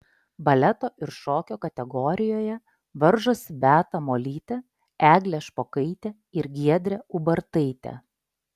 baleto ir šokio kategorijoje varžosi beata molytė eglė špokaitė ir giedrė ubartaitė